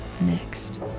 next